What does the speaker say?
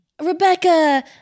Rebecca